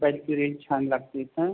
मोबाईलची रेंज छान लागते इथं